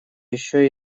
еще